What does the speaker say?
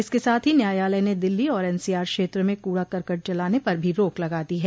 इसके साथ ही न्यायालय ने दिल्ली और एनसीआर क्षेत्र में कूड़ा करकट जलाने पर भी रोक लगा दी है